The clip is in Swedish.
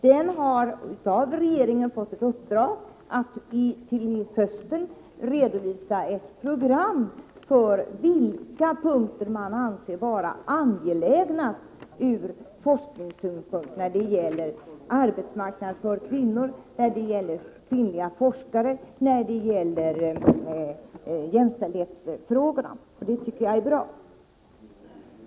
Den har av regeringen fått i uppdrag att till hösten redovisa vad som anses vara angelägnast från forskningssynpunkt när det gäller arbetsmarknad för kvinnor, kvinnliga forskare och jämställdhetsfrågor. Det tycker jag är bra.